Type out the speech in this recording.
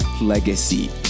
legacy